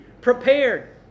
prepared